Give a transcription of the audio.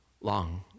long